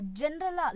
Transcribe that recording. general